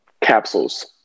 capsules